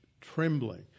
trembling